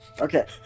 Okay